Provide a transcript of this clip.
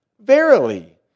verily